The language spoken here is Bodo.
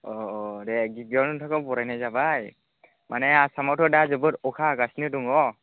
अ अ दे गिबियावनो नोंथांखौ बरायनाय जाबाय माने आसामावथ' दा जोबोर अखा हागासिनो दङ